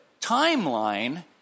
timeline